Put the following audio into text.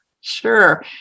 Sure